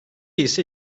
ise